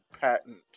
patent